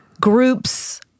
groups